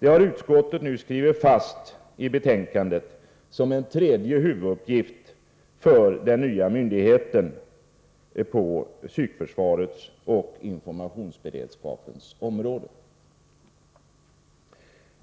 har utskottet nu skrivit fast i betänkandet såsom en tredje huvuduppgift för den nya myndigheten på psykförsvarets och informationsberedskapens område.